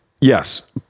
Yes